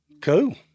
Cool